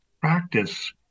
practice